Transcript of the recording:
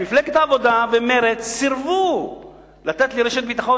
מפלגת העבודה ומרצ סירבו לתת לי רשת ביטחון.